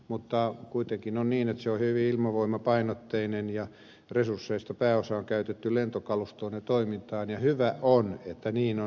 mutta kuitenkin on niin että se on hyvin ilmavoimapainotteinen ja resursseista pääosa on käytetty lentokalustoon ja toimintaan ja hyvä on että niin on